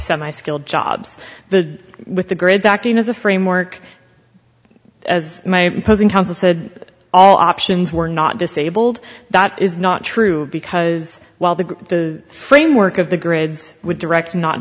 semi skilled jobs the with the grades acting as a framework as my opposing counsel said all options were not disabled that is not true because while the framework of the grids would direct not